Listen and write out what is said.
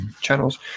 channels